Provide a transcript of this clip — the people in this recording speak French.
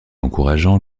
encourageants